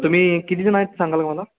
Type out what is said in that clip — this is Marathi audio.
तुम्ही किती जण आहेत सांगाल मला